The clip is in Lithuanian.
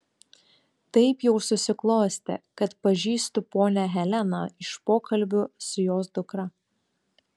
taip jau susiklostė kad pažįstu ponią heleną iš pokalbių su jos dukra